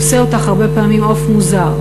עושה אותך הרבה פעמים עוף מוזר,